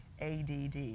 ADD